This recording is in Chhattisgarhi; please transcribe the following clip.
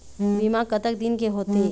बीमा कतक दिन के होते?